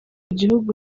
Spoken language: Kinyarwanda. gihugu